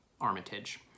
Armitage